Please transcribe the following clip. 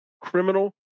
criminal